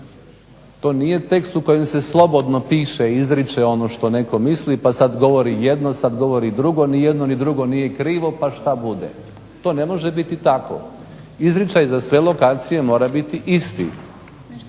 To nije tekst u kojem se slobodno piše i izriče ono što netko misli, pa sad govori jedno, sad govori drugo, ni jedno ni drugo nije krivo, pa šta bude. To ne može biti tako. Izričaj za sve lokacije mora biti isti.